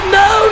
no